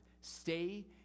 Stay